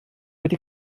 wedi